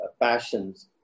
passions